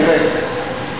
תראה,